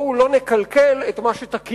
בואו לא נקלקל את מה שתקין,